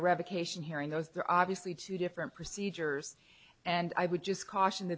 revocation hearing those there obviously two different procedures and i would just caution